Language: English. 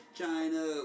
China